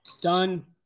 Done